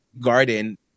garden